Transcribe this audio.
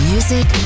Music